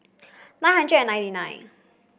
nine hundred and ninety nine